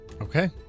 Okay